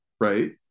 Right